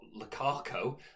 Lukaku